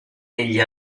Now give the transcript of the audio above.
negli